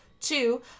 two